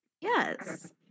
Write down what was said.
Yes